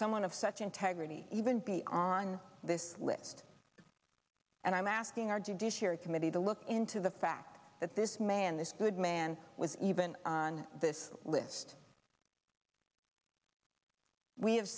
someone of such integrity even be on this list and i'm asking our judiciary committee to look into the fact that this man this good man was even on this list we have